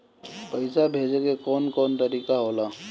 पइसा भेजे के कौन कोन तरीका होला?